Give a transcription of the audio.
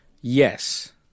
Yes